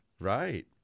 Right